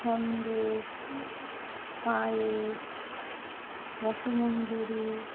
Sandesh payesh রসমঞ্জুরি